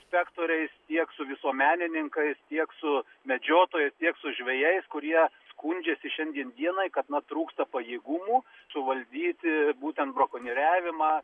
sektoriais tiek su visuomenininkais tiek su medžiotojais tiek su žvejais kurie skundžiasi šiandien dienai kad na trūksta pajėgumų suvaldyti būtent brakonieriavimą